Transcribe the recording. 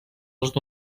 dels